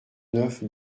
neuf